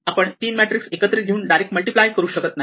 आपण तीन मॅट्रिक्स एकत्रितपणे घेऊन डायरेक्ट मल्टिप्लाय करू शकत नाही